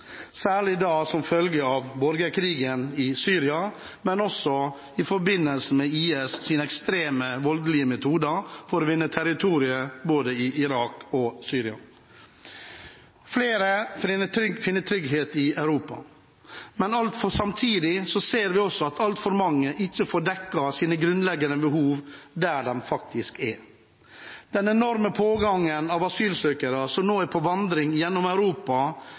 særlig som følge av borgerkrigen i Syria, men også i forbindelse med IS’ ekstreme, voldelige metoder for å vinne territorier både i Irak og i Syria. Flere finner trygghet i Europa. Men samtidig ser vi at altfor mange ikke får dekket sine grunnleggende behov der de er. Den enorme pågangen av asylsøkere som nå er på vandring gjennom Europa,